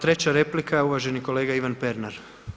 Treća replika uvaženi kolega Ivan Pernar.